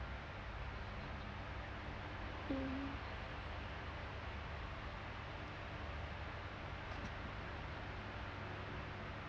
um